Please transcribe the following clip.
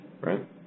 right